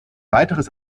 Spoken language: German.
weiteres